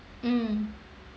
mm